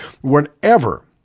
Whenever